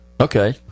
Okay